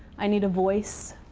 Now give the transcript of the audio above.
i need a voice.